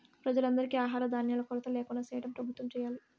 ప్రజలందరికీ ఆహార ధాన్యాల కొరత ల్యాకుండా చేయటం ప్రభుత్వం చేయాలి